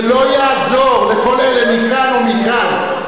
ולא יעזור לכל אלה מכאן ומכאן,